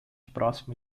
próximo